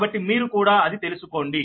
కాబట్టి మీరు కూడా అది తెలుసుకోండి